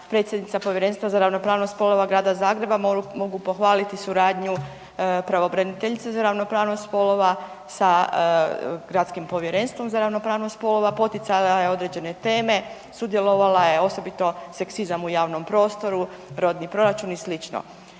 predsjednica Povjerenstva za ravnopravnost spolova Grada Zagreba mogu pohvaliti suradnju pravobraniteljice za ravnopravnost spolova sa gradskim Povjerenstvom za ravnopravnost spolova, poticala je određene teme, sudjelovala je osobito seksizam u javnom prostoru, rodni proračun i sl.